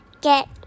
get